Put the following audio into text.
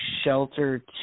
shelter